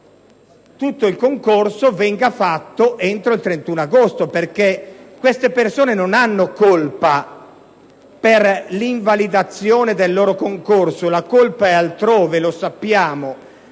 nuovo concorso venga svolto entro il 31 agosto, perché queste persone non hanno colpa per l'invalidazione del loro concorso: la colpa è altrove, lo sappiamo.